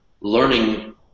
learning